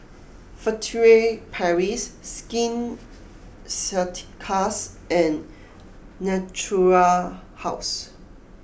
Furtere Paris Skin Ceuticals and Natura House